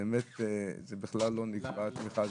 זה בכלל לא נקרא תמיכה.